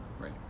Right